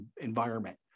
environment